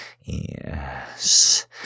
Yes